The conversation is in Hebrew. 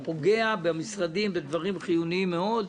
הוא פוגע במשרדים, בדברים חיוניים מאוד.